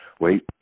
Wait